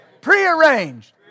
prearranged